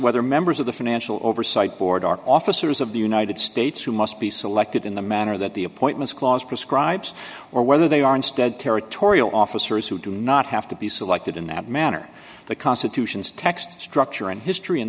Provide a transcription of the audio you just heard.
whether members of the financial oversight board are officers of the united states who must be selected in the manner that the appointments clause prescribes or whether they are instead territorial officers who do not have to be selected in that manner the constitution's text structure and history in